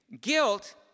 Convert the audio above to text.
Guilt